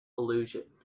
illusion